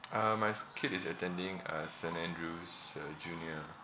uh my s~ kid is attending uh saint andrew's uh junior